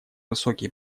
высокие